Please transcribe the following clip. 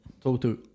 total